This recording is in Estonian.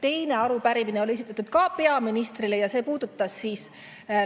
Teine arupärimine on esitatud ka peaministrile ja see puudutab